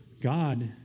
God